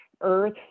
earth